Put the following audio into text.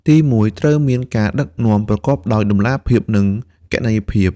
ទីមួយ ត្រូវមាន ការដឹកនាំប្រកបដោយតម្លាភាពនិងគណនេយ្យភាព។